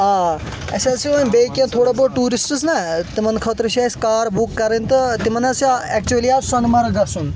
آ اَسہِ حظ چھ ۄں بیٚیہِ کینٛہہ تھوڑا بہت بیٚیہِ ٹیوٗرِسٹٕس نا تِمن خأطرٕ چھ اَسہِ کار بُک کرٕنۍ تہٕ تِمن حظ چھُ ایٚچُؤلی حظ سۄنہٕ مٔرگ گژھُن